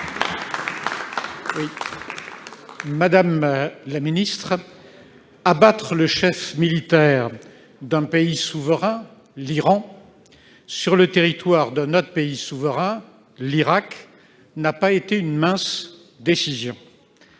Madame la secrétaire d'État, abattre le chef militaire d'un pays souverain, l'Iran, sur le territoire d'un autre pays souverain, l'Irak, n'a pas été une mince décision.